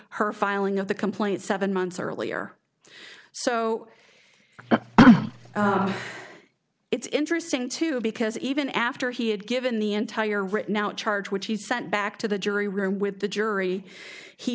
her filing of the complaint seven months earlier so it's interesting too because even after he had given the entire written out charge which he sent back to the jury room with the jury he